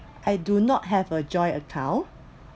I do not have a joint account